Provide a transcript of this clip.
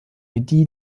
midi